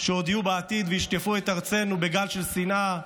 שעוד יהיו בעתיד וישטפו את ארצנו בגל של שנאה,